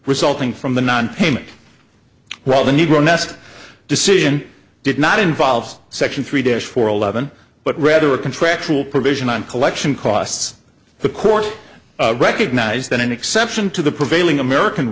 resulting from the nonpayment well the negro nest decision did not involve section three days four eleven but rather a contractual provision on collection costs the court recognized that an exception to the prevailing american